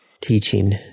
Teaching